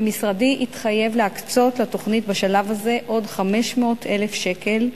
ומשרדי התחייב להקצות לתוכנית בשלב הזה עוד 500,000 שקל,